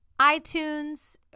iTunes